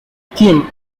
kim